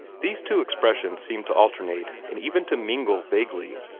these two expressions seemed to alternate, and even to mingle vaguely,